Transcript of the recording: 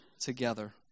together